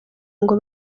ngo